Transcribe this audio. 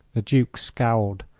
the duke scowled.